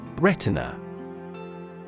Retina